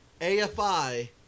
AFI